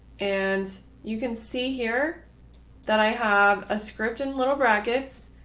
and you can see here that i have a script in little brackets,